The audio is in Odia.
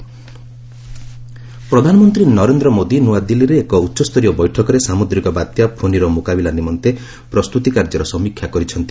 ପିଏମ୍ ମିଟିଂ ପ୍ରଧାନମନ୍ତ୍ରୀ ନରେନ୍ଦ୍ର ମୋଦି ନୂଆଦିଲ୍ଲୀରେ ଏକ ଉଚ୍ଚସ୍ତରୀୟ ବୈଠକରେ ସାମୁଦ୍ରିକ ବାତ୍ୟା ଫୋନିର ମୁକାବିଲା ନିମନ୍ତେ ପ୍ରସ୍ତୁତି କାର୍ଯ୍ୟର ସମୀକ୍ଷା କରିଛନ୍ତି